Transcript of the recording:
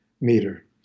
meter